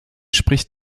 spricht